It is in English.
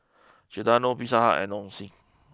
Giordano Pizza Hut and Nong Shim